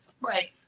right